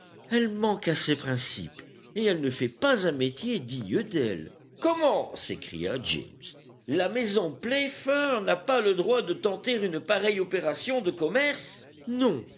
elle manque à ses principes et elle ne fait pas un métier digne d'elle comment s'écria james la maison playfair n'a pas le droit de tenter une pareille opération de commerce on